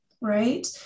right